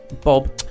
Bob